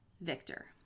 victor